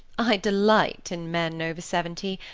i delight in men over seventy.